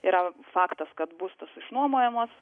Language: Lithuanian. yra faktas kad būstas išnuomojamas